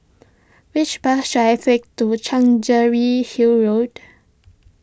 which bus should I take to Chancery Hill Road